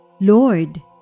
Lord